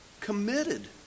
committed